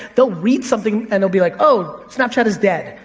they'll read something and they'll be like, oh, snapchat is dead.